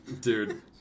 Dude